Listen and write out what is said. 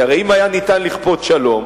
כי הרי אם היה ניתן לכפות שלום,